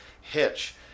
Hitch